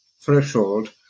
threshold